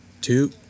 two